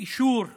אישור אכלוס,